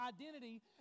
identity